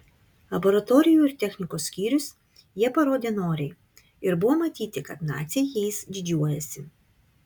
laboratorijų ir technikos skyrius jie parodė noriai ir buvo matyti kad naciai jais didžiuojasi